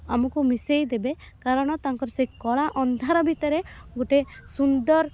ଆମକୁ ମିଶାଇ ଦେବେ କାରଣ ତାଙ୍କର ସେ କଳା ଅନ୍ଧାର ଭିତରେ ଗୋଟିଏ ସୁନ୍ଦର